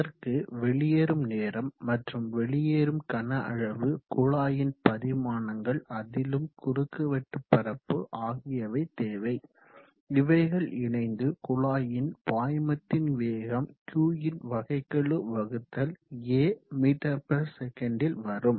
அதற்கு வெளியேறும் நேரம் மற்றும் வெளியேறும் கன அளவு குழாயின் பரிமாணங்கள் அதிலும் குறுக்குவெட்டுபரப்பு ஆகியவை தேவை இவைகள் இணைந்து குழாயின் பாய்மத்தின் வேகம் Q ன் வகைக்கெழு வகுத்தல் A மீட்டர் பெர் செகண்ட்டில் வரும்